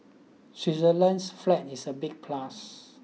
Switzerland's flag is a big plus